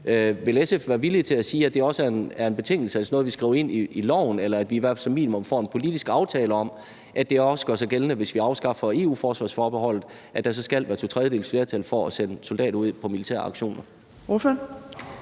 Vil SF være villig til at sige, at det også er en betingelse, altså noget, vi skriver ind i loven, eller at vi i hvert fald som minimum får en politisk aftale om, at det også gør sig gældende, hvis vi afskaffer EU's forsvarsforbeholdet, nemlig at der så skal være to tredjedeles flertal for at sende soldater ud på militære aktioner?